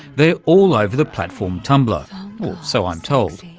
they're all over the platform tumblr, or so i'm told.